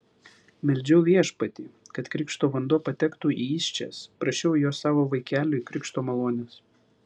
meldžiau viešpatį kad krikšto vanduo patektų į įsčias prašiau jo savo vaikeliui krikšto malonės